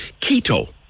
Keto